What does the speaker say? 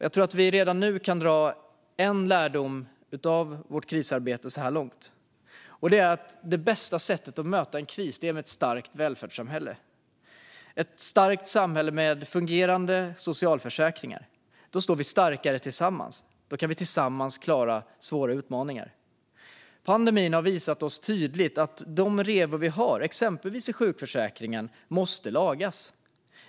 Jag tror att vi redan nu kan dra en lärdom av krisarbetet så här långt: Det bästa sättet att möta en kris är med ett starkt välfärdssamhälle med fungerande socialförsäkringar. Då står vi starkare tillsammans och kan tillsammans klara svåra utmaningar. Pandemin har tydligt visat oss att de revor vi har i exempelvis sjukförsäkringen måste lagas.